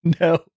No